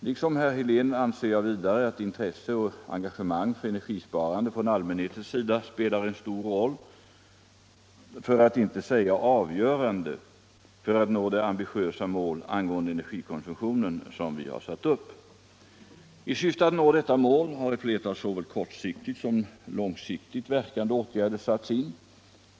Liksom herr Helén anser jag vidare att intresse och engagemang för energisparande från allmänhetens sida spelar en stor, för att inte säga avgörande, roll för att nå det ambitiösa mål angående energikonsumtionen som vi har satt upp. I syfte att nå detta mål har ett flertal såväl kortsiktigt som långsiktigt verkande åtgärder satts in.